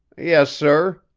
yes, sir,